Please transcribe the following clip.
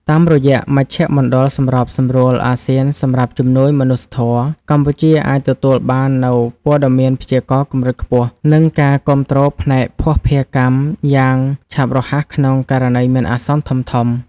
តាមរយៈមជ្ឈមណ្ឌលសម្របសម្រួលអាស៊ានសម្រាប់ជំនួយមនុស្សធម៌ កម្ពុជាអាចទទួលបាននូវព័ត៌មានព្យាករណ៍កម្រិតខ្ពស់ និងការគាំទ្រផ្នែកភស្តុភារកម្មយ៉ាងឆាប់រហ័សក្នុងករណីមានអាសន្នធំៗ។